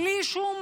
בלי שום